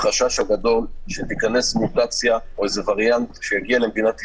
החשש הגדול שתיכנס מוטציה או איזה וריאנט שיגיע למדינת ישראל,